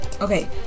Okay